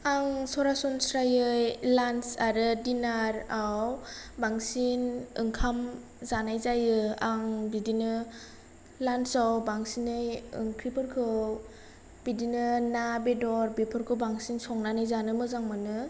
आं सरासनस्रायै लान्स आरो दिनाराव बांसिन ओंखाम जानाय जायो आं बिदिनो लान्स आव बांसिनै ओंख्रिफोरखौ बिदिनो ना बेदर बेफोरखौ बांसिन संनानै जानो मोजां मोनो